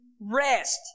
rest